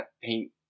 paint